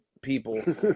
people